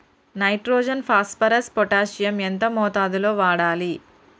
Nitrogen phosphorus potassium ఎంత మోతాదు లో వాడాలి?